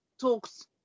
talks